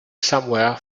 somewhere